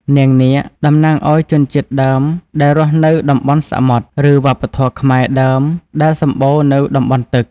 នាងនាគ តំណាងឲ្យជនជាតិដើមដែលរស់នៅតំបន់សមុទ្រ ឬវប្បធម៌ខ្មែរដើមដែលសម្បូរនៅតំបន់ទឹក។